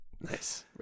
Nice